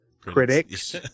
critics